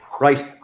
right